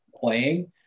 playing